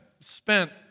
spent